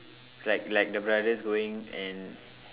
like like the brothers going and